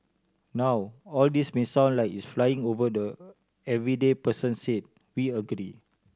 now all this may sound like it's flying over the everyday person said we agree